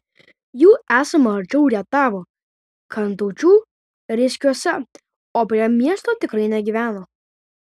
jų esama arčiau rietavo kantaučių reiskiuose o prie miesto tikrai negyvena